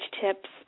tips